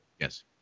yes